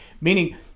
Meaning